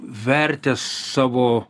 vertę savo